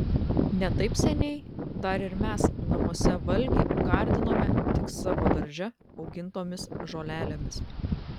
ne taip seniai dar ir mes namuose valgį gardinome tik savo darže augintomis žolelėmis